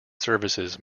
services